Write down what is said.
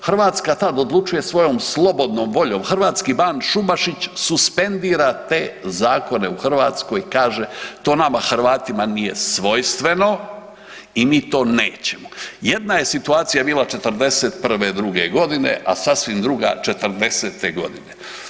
Hrvatska tad odlučuje svojom slobodnom voljom, hrvatski ban Šubašić suspendira te zakona u Hrvatskoj, kaže to nama Hrvatima nije svojstveno i mi to nećemo. jedna je situacija bila '41., druge godine, a sasvim druga '40.-te godine.